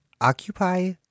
Occupy